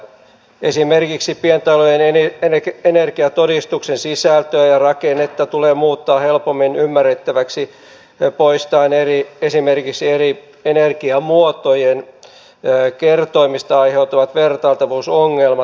esimerkiksi pientalojen energiatodistuksen sisältöä ja rakennetta tulee muuttaa helpommin ymmärrettäväksi poistaen esimerkiksi eri energiamuotojen kertoimista aiheutuvat vertailtavuusongelmat